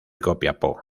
copiapó